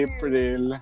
April